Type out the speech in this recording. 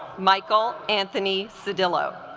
michael anthony so cedilha